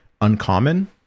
uncommon